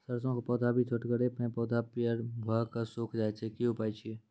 सरसों के पौधा भी छोटगरे मे पौधा पीयर भो कऽ सूख जाय छै, की उपाय छियै?